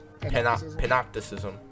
panopticism